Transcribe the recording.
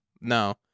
No